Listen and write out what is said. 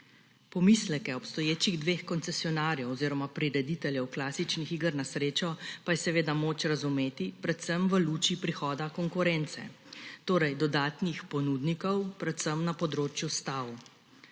Pomisleke obstoječih dveh koncesionarjev oziroma prirediteljev klasičnih iger na srečo pa je seveda moč razumeti predvsem v luči prihoda konkurence, torej dodatnih ponudnikov predvsem na področju stav.